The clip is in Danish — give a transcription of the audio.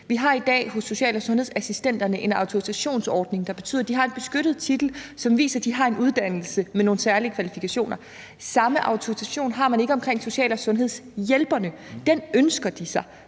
Vi har i dag for social- og sundhedsassistenterne en autorisationsordning, der betyder, at de har en beskyttet titel, som viser, at de har en uddannelse med nogle særlige kvalifikationer. Samme autorisation har man ikke i forhold til social- og sundhedshjælperne. Den ønsker de sig.